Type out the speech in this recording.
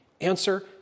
Answer